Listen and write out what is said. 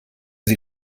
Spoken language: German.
sie